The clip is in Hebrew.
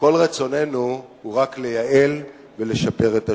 וכל רצוננו הוא רק לייעל ולשפר את השירות.